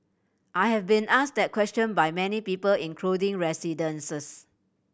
I have been asked that question by many people including resident